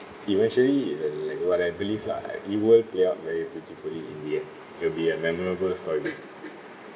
eventually li~ like what I believe lah it will play up very beautifully in the end it'll be a memorable story